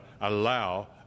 allow